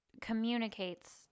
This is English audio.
communicates